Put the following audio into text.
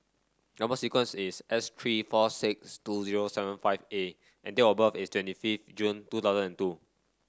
number sequence is S three four six two zero seven five A and date of birth is twenty fifth June two thousand and two